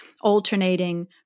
alternating